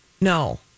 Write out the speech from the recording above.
no